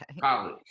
College